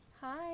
Hi